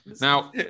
Now